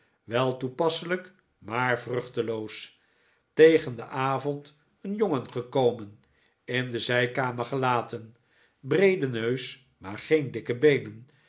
wei toepasselijk maar vruchteloos tegen den avond een jongen gekomen in de zijkamer gelaten breede neus maar geen dikke beenen